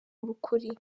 ukuri